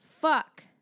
fuck